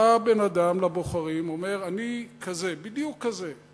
בא בן-אדם לבוחרים, אומר: אני כזה, בדיוק כזה.